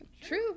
True